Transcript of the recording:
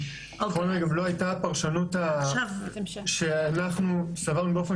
בכל מקרה גם לא הייתה הפרשנות שאנחנו סברנו באופן